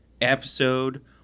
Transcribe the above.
episode